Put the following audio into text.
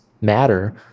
matter